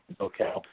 Okay